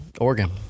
Oregon